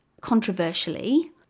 controversially